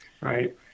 right